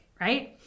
right